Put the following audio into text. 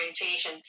orientation